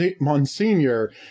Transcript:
monsignor